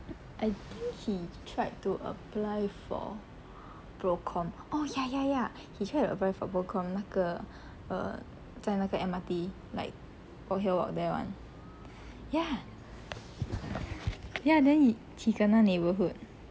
I think he tried to apply for ProCom oh ya ya ya he tried to apply for ProCom 那个 err 在那个 M_R_T like walk here walk there [one] ya ya then he he kena neighbourhood